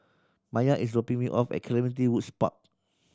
Maiya is dropping me off at Clementi Woods Park